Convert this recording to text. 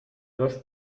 dos